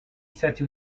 stati